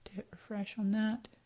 hit refresh on that.